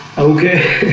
okay,